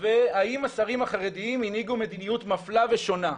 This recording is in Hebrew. והאם השרים החרדיים הנהיגו מדיניות מפלה ושונה?